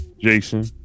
Jason